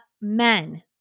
Men